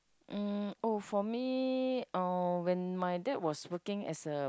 mm oh for me uh when my dad was working as a